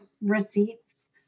receipts